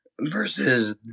versus